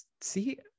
see